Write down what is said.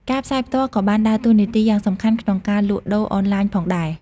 ការផ្សាយផ្ទាល់ក៏បានដើរតួនាទីយ៉ាងសំខាន់ក្នុងការលក់ដូរអនឡាញផងដែរ។